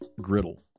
griddle